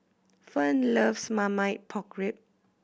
Fern loves Marmite Pork Ribs